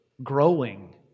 growing